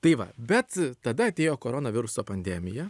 tai va bet tada atėjo koronaviruso pandemija